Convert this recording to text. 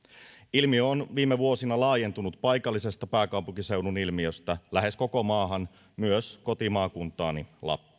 ilmiö on viime vuosina laajentunut paikallisesta pääkaupunkiseudun ilmiöstä lähes koko maahan myös kotimaakuntaani lappiin